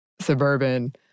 suburban